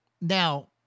now